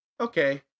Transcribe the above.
Okay